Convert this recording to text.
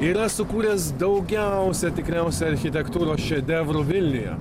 yra sukūręs daugiausia tikriausia architektūros šedevrų vilniuje